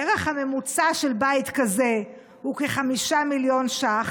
הערך הממוצע של בית כזה הוא כ-5 מיליון ש"ח.